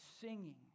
singing